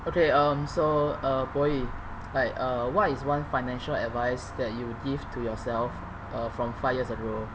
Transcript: okay um so uh boy like uh what is one financial advice that you would give to yourself uh from five years ago